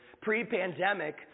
Pre-pandemic